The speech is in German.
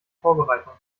vorbereitung